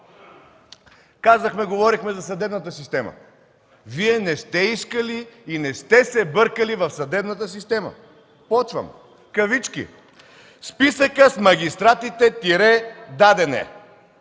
ДОБРЕВ: Говорихме за съдебната система. Вие не сте искали и не сте се бъркали в съдебната система. Започвам: „Списъкът с магистратите – даден